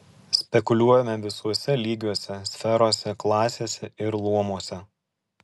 spekuliuojame visuose lygiuose sferose klasėse ir luomuose